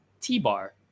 T-Bar